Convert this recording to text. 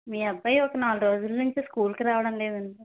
మీ అబ్బాయి ఒక నాలుగు రోజుల నుంచి స్కూల్కి రావడం లేదు